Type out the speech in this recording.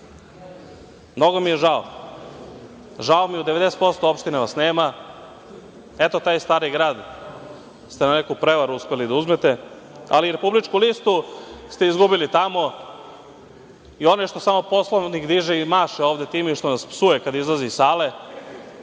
mnogo mi je žao. Žao mi je, u 90% opština vas nema, eto taj Stari grad ste na neku prevaru uspeli da uzmete, ali republičku listu ste izgubili tamo i onaj što samo Poslovnik diže i maše ovde time i što nas psuje kada izlazi iz sale,